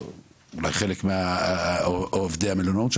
אולי חלק מעובדי המלונות,